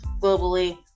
globally